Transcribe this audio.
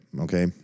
okay